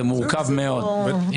זה מורכב מאוד.